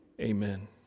Amen